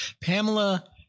Pamela